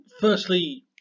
firstly